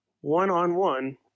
one-on-one